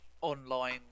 online